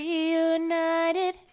Reunited